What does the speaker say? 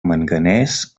manganès